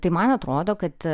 tai man atrodo kad